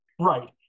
right